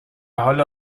حال